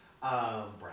Brown